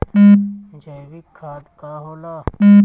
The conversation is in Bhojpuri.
जैवीक खाद का होला?